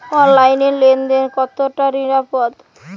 অনলাইনে লেন দেন কতটা নিরাপদ?